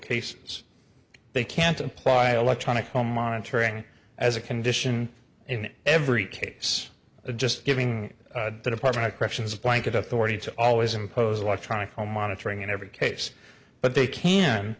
cases they can't apply electronic home monitoring as a condition in every case just giving the department of corrections a blanket authority to always impose what trying all monitoring in every case but they can